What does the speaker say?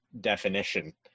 definition